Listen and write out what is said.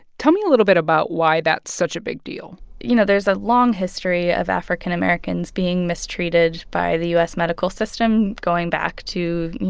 tell me a little bit about why that's such a big deal you know, there's a long history of african americans being mistreated by the u s. medical system, going back to, you